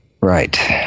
Right